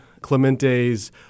Clemente's